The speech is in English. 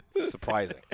Surprising